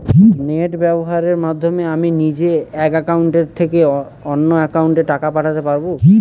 Net ব্যবহারের মাধ্যমে আমি নিজে এক অ্যাকাউন্টের থেকে অন্য অ্যাকাউন্টে টাকা পাঠাতে পারব?